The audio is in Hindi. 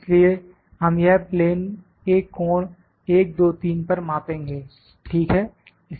इसलिए हम यह प्लेन एक कोण 1 2 3 पर मापेंगे ठीक है